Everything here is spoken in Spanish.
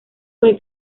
fue